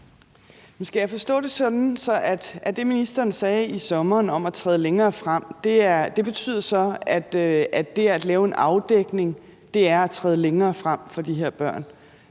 Skal jeg forstå det sådan, at det, som ministeren sagde i sommer om at træde længere frem, så betyder, at det at lave en afdækning er det samme som at træde længere frem i forhold til de her børn?